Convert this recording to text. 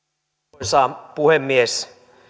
arvoisa puhemies